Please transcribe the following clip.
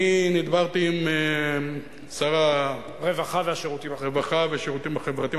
אני נדברתי עם שר הרווחה והשירותים החברתיים.